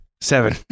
Seven